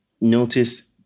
notice